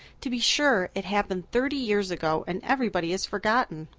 to be sure, it happened thirty years ago and everybody has forgotten.